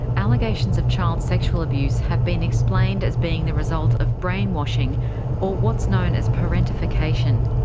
allegations of child sexual abuse have been explained as being the result of brainwashing or what's known as parentification.